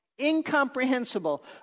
incomprehensible